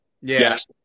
Yes